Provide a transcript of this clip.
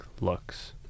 looks